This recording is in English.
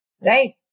right